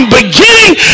beginning